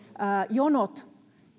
jonot